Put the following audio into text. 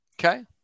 Okay